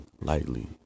lightly